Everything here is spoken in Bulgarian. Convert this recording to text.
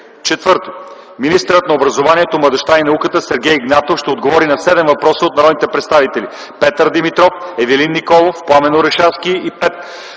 4. Министърът на образованието, младежта и науката Сергей Игнатов ще отговори на седем въпроса от народните представители: Петър Димитров, Ивелин Николов, Пламен Орешарски, Пенко